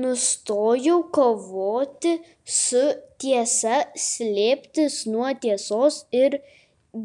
nustojau kovoti su tiesa slėptis nuo tiesos ir